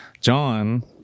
John